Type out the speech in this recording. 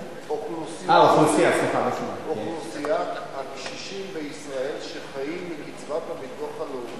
אוכלוסיית הקשישים בישראל שחיים מקצבת הביטוח הלאומי.